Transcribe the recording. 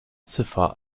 ziffer